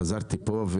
חזרתי על זה פה.